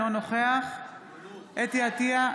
אינו נוכח חוה אתי עטייה,